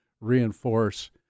reinforce